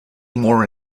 more